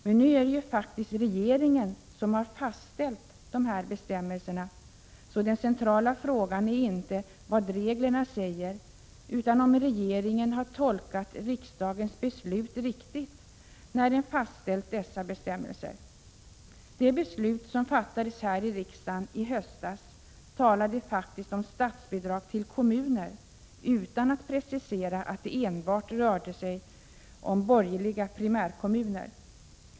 Men det är ju faktiskt regeringen som fastställt dessa bestämmelser, så den centrala frågan är inte vad reglerna säger utan om regeringen har tolkat riksdagens beslut riktigt när den fastställt dessa bestämmelser. I det beslut som fattades här i riksdagen i höstas talades faktiskt om statsbidrag till kommuner utan att man preciserade att det enbart rörde sig om borgerliga primärkommuner.